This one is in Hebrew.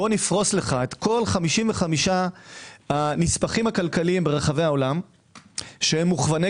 נפרוס לך את כל 55 הנספחים הכלכליים ברחבי העולם שהם מוכווני